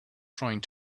trying